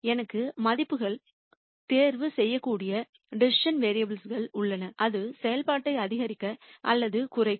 எனக்கு மதிப்புகள் தேர்வு செய்யக்கூடிய டிசிசன் வேரியபுல் கள் உள்ளன அது செயல்பாட்டை அதிகரிக்க அல்லது குறைக்கும்